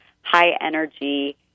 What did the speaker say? high-energy